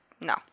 No